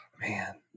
Man